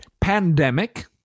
Pandemic